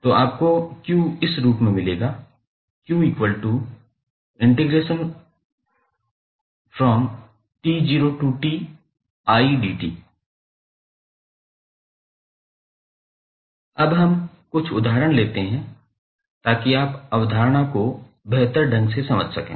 तो आपको Q इस रूप में मिलेगा अब हम कुछ उदाहरण लेते हैं ताकि आप अवधारणा को बेहतर ढंग से समझ सकें